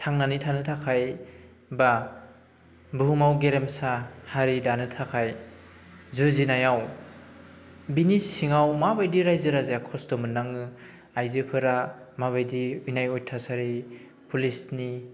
थांनानै थानो थाखाय बा बुहुमाव गेरेमसा हारि दानो थाखाय जुजिनायाव बिनि सिङाव माबायदि रायजो राजाया खस्थ' मोननाङो आइजोफोरा माबायदि अयनाय अयथासारि पुलिसनि